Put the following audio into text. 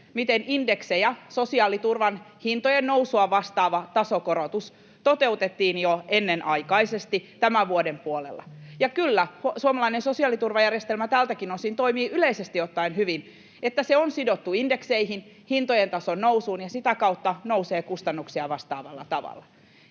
miten sosiaaliturvan hintojen nousua vastaava tasokorotus toteutettiin jo ennenaikaisesti tämän vuoden puolella. Ja kyllä suomalainen sosiaaliturvajärjestelmä toimii yleisesti ottaen hyvin tältäkin osin, että se on sidottu indekseihin, hintojen tason nousuun ja sitä kautta indeksi nousee kustannuksia vastaavalla tavalla.